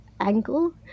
angle